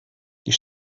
die